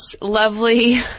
lovely